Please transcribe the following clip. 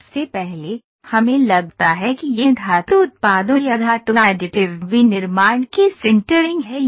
सबसे पहले हमें लगता है कि यह धातु उत्पादों या धातु Additive विनिर्माण की Sintering है